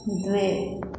द्वे